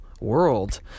world